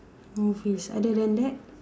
go fish other than that